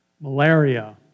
Malaria